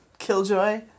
killjoy